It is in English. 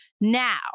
Now